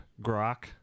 grok